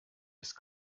ist